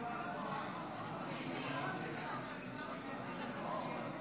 על הצעת החוק 50 הצביעו